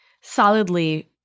solidly